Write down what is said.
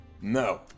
No